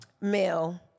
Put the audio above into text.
Male